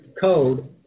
code